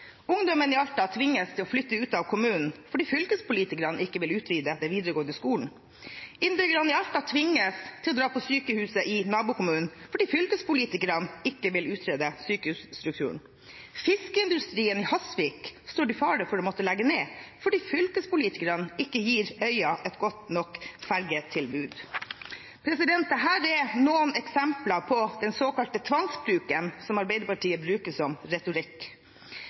Ungdommen i Alta tvinges til å flytte ut av kommunen fordi fylkespolitikerne ikke vil utvide den videregående skolen. Innbyggerne i Alta tvinges til å dra til sykehuset i nabokommunen fordi fylkespolitikerne ikke vil utrede sykehusstrukturen. Fiskeindustrien i Hasvik står i fare for å måtte legge ned fordi fylkespolitikerne ikke gir øya et godt nok ferjetilbud. Dette er noen eksempler på den såkalte tvangsbruken som Arbeiderpartiet bruker som retorikk.